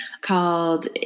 called